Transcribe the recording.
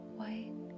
white